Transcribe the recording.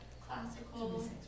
classical